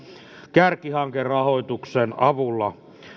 kärkihankerahoituksen avulla